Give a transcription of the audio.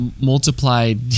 multiplied